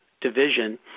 Division